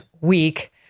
week